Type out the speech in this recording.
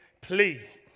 please